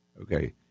Okay